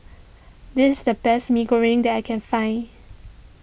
this is the best Mee Goreng that I can find